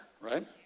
right